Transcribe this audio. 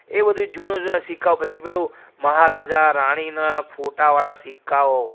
એ બધું જૂના સિક્કાઓ પછી પેલું મહારાજા રાણીનાં ફોટાવાળા સિક્કાઓ